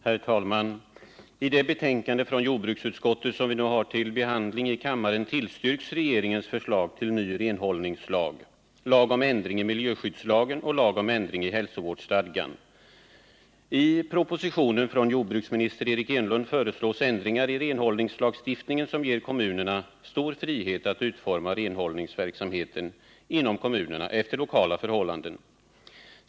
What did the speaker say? Herr telman! I jordbruksutskottets betänkande, som vi nu har till behandling i kammaren, tillstyrks regeringens förslag till ny renhållningslag, lag om ändring i miljöskyddslagen och lag om ändring i hälsovårdsstadgan. I propositionen från jordbruksministern Eric Enlund föreslås ändringar i renhållningslagstiftningen som ger kommunerna stor frihet att utforma renhållningsverksamheten inom kommunerna efter lokala förhållanden.